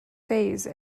phase